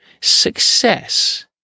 success